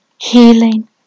healing